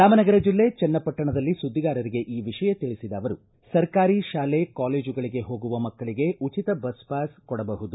ರಾಮನಗರ ಜಿಲ್ಲೆ ಜನ್ನಪಟ್ಟಣದಲ್ಲಿ ಸುದ್ದಿಗಾರರಿಗೆ ಈ ವಿಷಯ ತಿಳಿಸಿದ ಅವರು ಸರ್ಕಾರಿ ಶಾಲೆ ಕಾಲೇಜುಗಳಿಗೆ ಹೋಗುವ ಮಕ್ಕಳಿಗೆ ಉಚಿತ ಬಸ್ ಪಾಸ್ ಕೊಡಬಹುದು